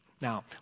Now